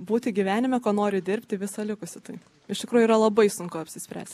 būti gyvenime ko nori dirbti visą likusį tai iš tikrųjų yra labai sunku apsispręst